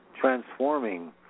transforming